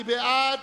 מי בעד?